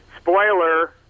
spoiler